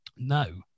No